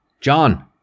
John